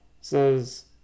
says